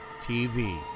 TV